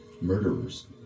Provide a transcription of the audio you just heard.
murderers